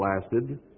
lasted